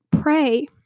pray